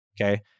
okay